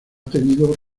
tenido